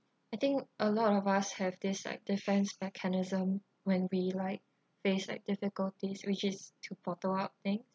I think a lot of us have this like defense mechanism when we like face like difficulties we choose to bottle up thing